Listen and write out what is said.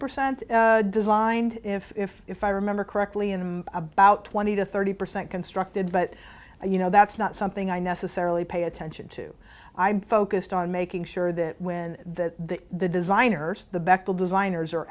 percent designed if if if i remember correctly in about twenty to thirty percent constructed but you know that's not something i necessarily pay attention to i'm focused on making sure that when that the designers the bechdel designers